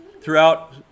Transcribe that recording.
throughout